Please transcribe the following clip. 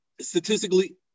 statistically